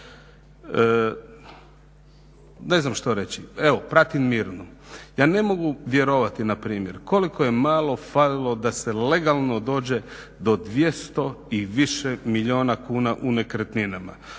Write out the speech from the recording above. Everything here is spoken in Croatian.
znam što reći, evo pratim Mirnu. Ja ne mogu vjerovati npr. koliko je malo falilo da se legalno dođe do 200 i više milijuna kuna u nekretninama.